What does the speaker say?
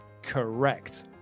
correct